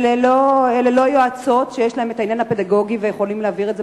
אלה לא יועצות שיש להן העניין הפדגוגי והן יכולות,